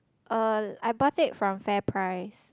um I bought it from FairPrice